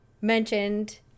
mentioned